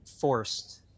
forced